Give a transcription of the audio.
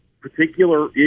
particular